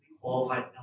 qualified